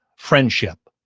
friendship,